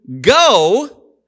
go